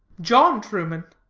john truman.